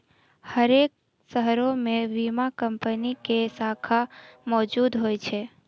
हरेक शहरो मे बीमा कंपनी के शाखा मौजुद होय छै